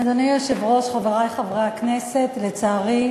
אדוני היושב-ראש, חברי חברי הכנסת, לצערי,